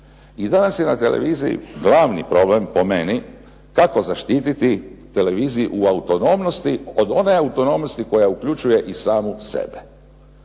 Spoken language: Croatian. I danas je na televiziji glavni problem po meni kako zaštititi televiziju u autonomnosti od one autonomnosti koja uključuje i samu sebe.